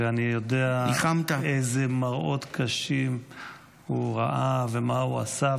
-- ואני יודע איזה מראות קשים הוא ראה ומה הוא עשה,